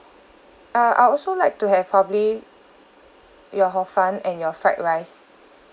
uh I also like to have probably your hor fun and your fried rice